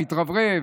מתרברב,